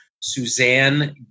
Suzanne